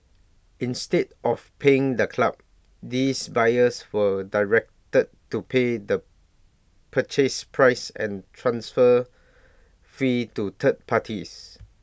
instead of paying the club these buyers were directed to pay the purchase price and transfer fee to third parties